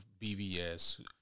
BVS